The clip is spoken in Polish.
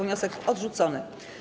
Wniosek odrzucony.